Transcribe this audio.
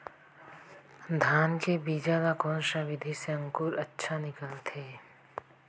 धान के बीजा ला कोन सा विधि ले अंकुर अच्छा निकलथे?